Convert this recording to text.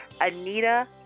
Anita